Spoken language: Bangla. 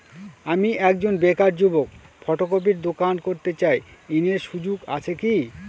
আমি একজন বেকার যুবক ফটোকপির দোকান করতে চাই ঋণের সুযোগ আছে কি?